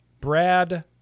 brad